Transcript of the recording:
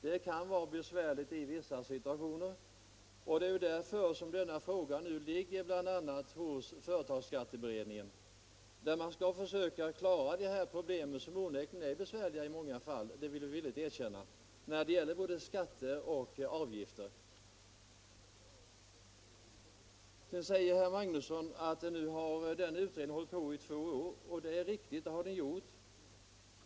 Det kan vara besvärligt i vissa situationer, och det är därför som denna fråga nu ligger hos bl.a. företagsskatteberedningen. Där skall man försöka klara dessa problem, som onekligen är besvärliga i många fall, det kan vi villigt erkänna, när det gäller skatter och avgifter. Herr Magnusson säger att den utredningen hållit på i två år. Det är riktigt, det har den gjort.